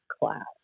class